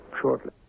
shortly